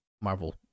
Marvel